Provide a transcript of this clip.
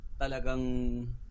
Talagang